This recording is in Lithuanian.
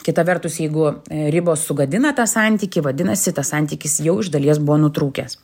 kita vertus jeigu ribos sugadina tą santykį vadinasi tas santykis jau iš dalies buvo nutrūkęs